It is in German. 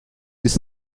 ist